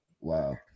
Wow